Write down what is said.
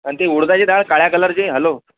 आणि ती उडदाची डाळ काळ्या कलरची हॅलो